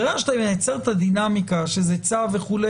ברגע שאתה מייצר את הדינמיקה שזה צו וכו',